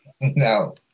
No